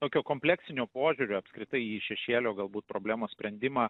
tokio kompleksinio požiūrio apskritai į šešėlio galbūt problemos sprendimą